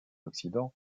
occident